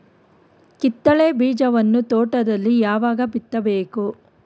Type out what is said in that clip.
ಕಿತ್ತಳೆ ಬೀಜವನ್ನು ತೋಟದಲ್ಲಿ ಯಾವಾಗ ಬಿತ್ತಬೇಕು?